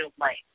light